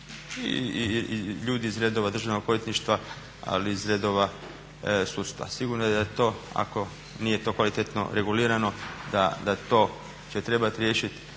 i ljudi iz redova Državnog odvjetništva ali i iz redova sudstva. Sigurno da je to ako nije to kvalitetno regulirano da to će trebat riješit